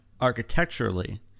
architecturally